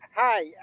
Hi